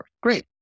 Great